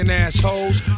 assholes